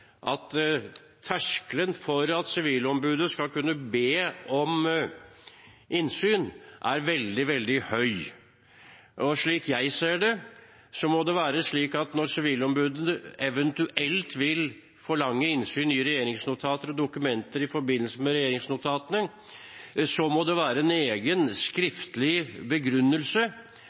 at terskelen for at Sivilombudet skal kunne be om innsyn, er veldig, veldig høy. Slik jeg ser det, må det være slik at når Sivilombudet eventuelt vil forlange innsyn i regjeringsnotater og dokumenter i forbindelse med regjeringsnotater, må det være en egen skriftlig begrunnelse,